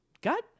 got